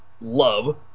love